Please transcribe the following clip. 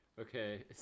Okay